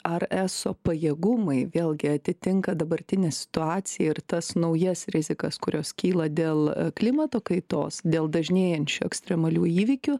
ar eso pajėgumai vėlgi atitinka dabartinę situaciją ir tas naujas rizikas kurios kyla dėl klimato kaitos dėl dažnėjančių ekstremalių įvykių